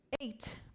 Eight